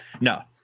no